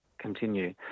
continue